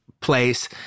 place